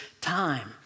time